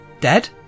dead